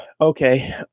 Okay